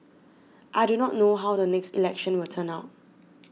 I do not know how the next election will turn out